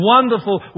Wonderful